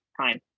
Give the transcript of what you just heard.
time